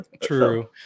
true